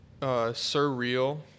surreal